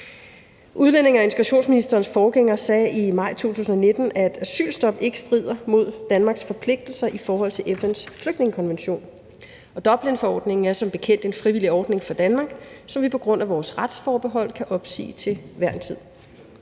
Udlændinge- og integrationsministerens forgænger sagde i maj 2019, at et asylstop ikke strider mod Danmarks forpligtelser i forhold til FN's flygtningekonvention, og Dublinforordningen er jo som bekendt en frivillig ordning for Danmark, som vi på grund af vores retsforbehold kan opsige til enhver tid.